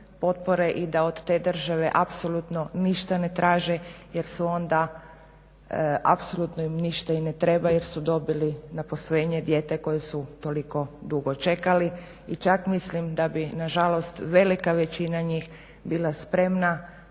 i da od te države apsolutno ništa ne traže jer su onda, apsolutno im ništa i ne treba jer su dobili na posvojenje dijete koje su toliko dugo čekali i čak mislim da bi na žalost velika većina njih bila spremna